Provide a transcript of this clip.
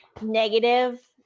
negative